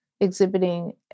exhibiting